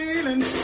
Feeling